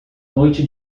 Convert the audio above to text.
noite